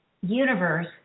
universe